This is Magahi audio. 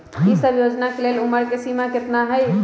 ई सब योजना के लेल उमर के सीमा केतना हई?